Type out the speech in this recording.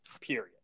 period